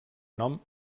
nom